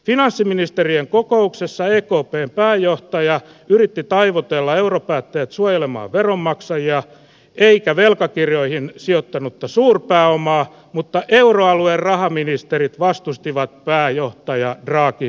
finanssiministerien kokouksessa ekpn pääjohtaja yritti taivutella europäättäjät suojelemaan veronmaksajia eikä velkakirjoihin sijoittanutta suurpääomaa mutta euroalueen rahaministerit vastustivat pääjohtaja draghin ehdotusta